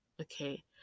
okay